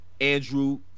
andrew